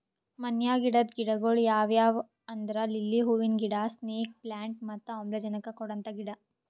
ಮನ್ಯಾಗ್ ಇಡದ್ ಗಿಡಗೊಳ್ ಯಾವ್ಯಾವ್ ಅಂದ್ರ ಲಿಲ್ಲಿ ಹೂವಿನ ಗಿಡ, ಸ್ನೇಕ್ ಪ್ಲಾಂಟ್ ಮತ್ತ್ ಆಮ್ಲಜನಕ್ ಕೊಡಂತ ಗಿಡ